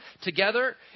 together